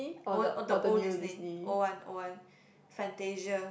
oh oh the old Disney old one old one Fantasia